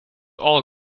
all